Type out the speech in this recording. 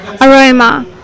aroma